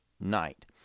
night